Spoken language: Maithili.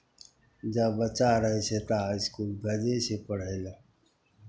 जा बच्चा रहै छै ता इसकुल जयबे छै पढ़य लेल